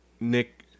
nick